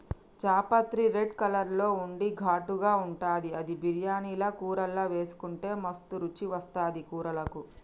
జాపత్రి red colour లో ఉండి ఘాటుగా ఉంటది అది బిర్యానీల కూరల్లా వేసుకుంటే మస్తు రుచి వస్తది కూరలకు